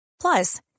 Plus